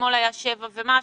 אתמול היה 7 ומשהו,